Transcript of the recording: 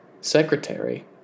Secretary